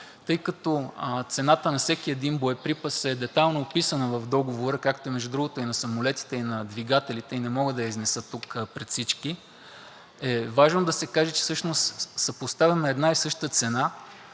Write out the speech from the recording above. Цената на всеки един боеприпас е детайлно описана в Договора, както, между другото, и на самолетите и двигателите и не мога да я изнеса тук пред всички, е важно да се каже, че всъщност съпоставяме една и съща цена